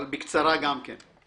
אבל בקצרה גם כן .